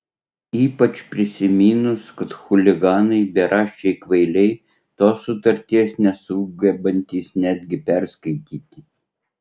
ypač prisiminus kad chuliganai beraščiai kvailiai tos sutarties nesugebantys netgi perskaityti